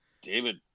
david